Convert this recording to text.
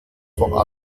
vor